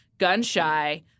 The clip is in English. gun-shy